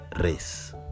race